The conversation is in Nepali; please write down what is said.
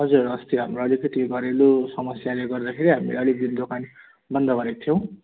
हजुर अस्ति हाम्रो अलिकति घरेलु समस्याले गर्दाखेरि हामीले अलिक दिन दोकान बन्द गरेको थियौँ